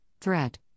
threat